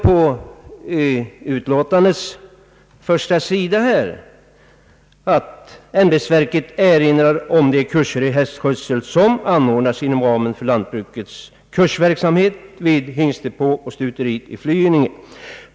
På utlåtandets första sida heter det nämligen: »Ämbetsverket erinrar om de kurser i hästskötsel som anordnas inom ramen för lantbrukets kursverksamhet vid statens hingstdepå och stuteri i Flyinge.